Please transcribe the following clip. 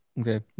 Okay